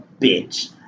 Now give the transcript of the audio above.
bitch